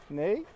nee